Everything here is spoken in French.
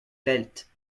bête